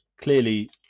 clearly